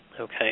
okay